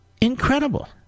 incredible